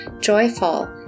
joyful